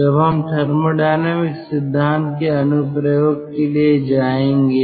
अब हम थर्मोडायनामिक सिद्धांत के अनुप्रयोग के लिए जाएंगे